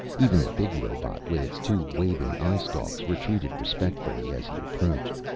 even the big robot with its two waving eyestalks retreated respectfully as he approached.